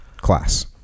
class